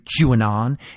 QAnon